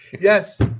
Yes